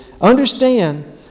understand